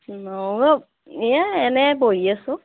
মইও এই এনেই বহি আছোঁ